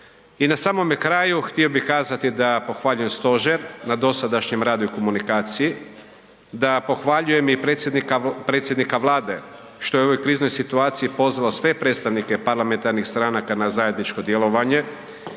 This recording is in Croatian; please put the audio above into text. I na samome kraju htio bih kazati da pohvaljujem stožer na dosadašnjem radu i komunikaciji, da pohvaljujem i predsjednika Vlade što je u ovoj kriznoj situaciji pozvao sve predstavnike parlamentarnih stranaka na zajedničko djelovanje